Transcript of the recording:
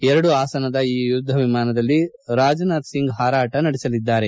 ಎರಡು ಆಸನದ ಈ ಯುದ್ದ ವಿಮಾನದಲ್ಲಿ ರಾಜನಾಥ್ ಸಿಂಗ್ ಹಾರಾಟ ನಡೆಸಲಿದ್ದಾರೆ